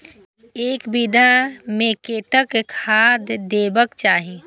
एक बिघा में कतेक खाघ देबाक चाही?